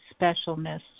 specialness